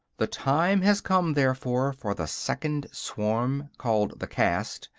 the time has come, therefore, for the second swarm, called the cast,